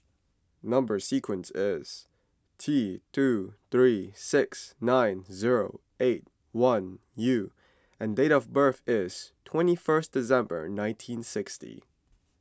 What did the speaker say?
Number Sequence is T two three six nine zero eight one U and date of birth is twenty first December nineteen sixty